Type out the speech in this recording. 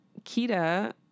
Kita